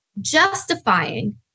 justifying